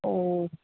ഓ